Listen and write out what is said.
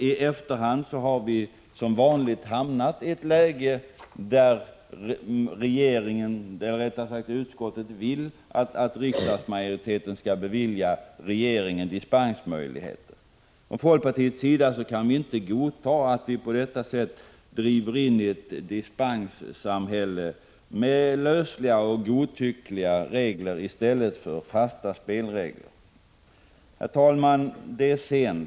I efterhand har vi, som vanligt, hamnat i det läget att utskottet föreslår att en majoritet i riksdagen skall ge regeringen möjlighet till dispens. Men folkpartiet kan inte godta att vi på detta sätt drivs in i ett dispenssamhälle med lösa och godtyckliga regler i stället för fasta spelregler. Herr talman! Det är sent.